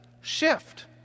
shift